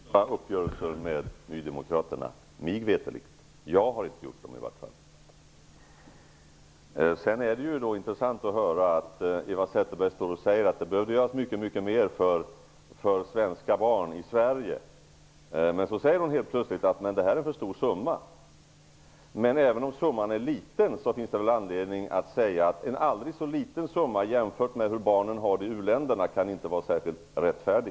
Herr talman! Det har inte gjorts några uppgörelser med Nydemokraterna, mig veterligt. Jag har inte gjort någon i vart fall. Sedan är det intressant att höra Eva Zetterberg säga att det behöver göras mycket mycket mer för svenska barn. Men så säger hon plötsligt att det är en för stor summa. Men även om summan är aldrig så liten, finns det väl anledning att säga, jämfört med hur barnen har det i u-länderna, att den inte kan vara särskilt rättfärdig.